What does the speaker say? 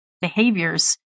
behaviors